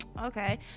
okay